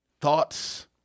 thoughts